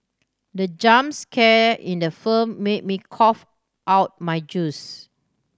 the jump scare in the film made me cough out my juice